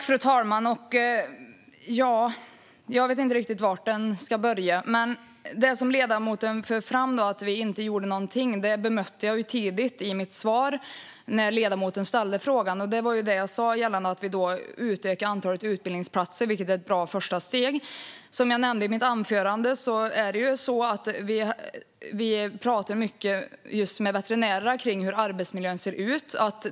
Fru talman! Jag vet inte riktigt var jag ska börja. Men ledamoten förde fram att vi inte gjorde någonting. Det bemötte jag tidigt i mitt svar på ledamotens fråga. Jag sa att vi utökade antalet utbildningsplatser, vilket är ett bra första steg. Som jag nämnde i mitt anförande pratar vi mycket med veterinärerna om hur arbetsmiljön ser ut.